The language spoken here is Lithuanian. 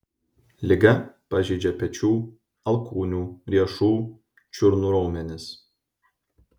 liga pažeidžia pečių alkūnių riešų čiurnų raumenis